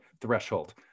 Threshold